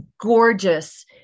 gorgeous